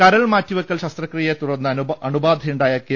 കരൾ മാറ്റിവെക്കൽ ശസ്ത്രക്രിയയെ തുടർന്ന് അണുബാധയുണ്ടായ കെ